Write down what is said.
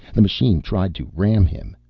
the machine tried to ram him.